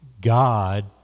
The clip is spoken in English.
God